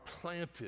planted